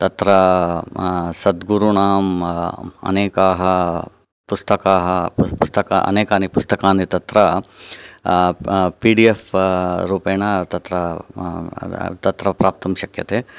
तत्र सद्गुरूणाम् अनेकाः पुस्तकाः पुस्तक अनेकानि पुस्तकानि तत्र पिडिएफ् रूपेण तत्र तत्र प्राप्तुं शक्यते